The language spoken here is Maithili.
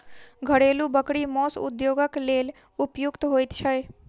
घरेलू बकरी मौस उद्योगक लेल उपयुक्त होइत छै